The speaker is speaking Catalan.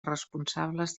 responsables